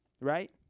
right